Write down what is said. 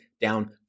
down